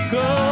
go